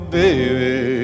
baby